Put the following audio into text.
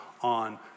on